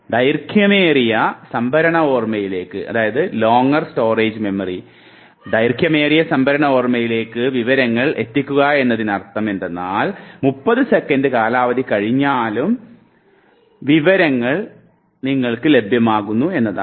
ദൈർഘ്യമേറിയ സംഭരണ ഓർമ്മയിലേക്ക് വിവരങ്ങൾ എത്തിക്കുക എന്നതിനർത്ഥം എന്തെന്നാൽ 30 സെക്കൻഡ് കാലാവധി കഴിഞ്ഞാലും വിവരങ്ങൾ അപ്പോളും നിങ്ങൾക്ക് ലഭ്യമാകുന്നു എന്നതാണ്